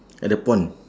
at the pond